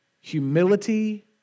humility